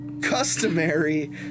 customary